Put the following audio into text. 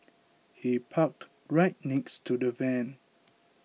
he parked right next to the van